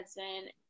husband